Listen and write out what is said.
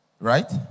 Right